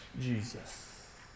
Jesus